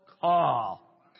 call